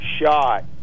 shot